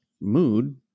mood